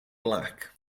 black